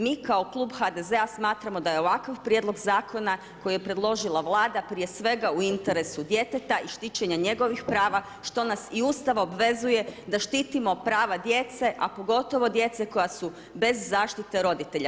Mi kao klub HDZ-a smatramo da je ovakav prijedloga zakona koji je predložila Vlada, prije svega, u interesu djeteta i štićenja njegovih prava, što nas i Ustav obvezuje da štitimo prava djece, a pogotovo djece koja su bez zaštite roditelja.